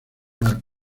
sumar